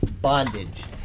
bondage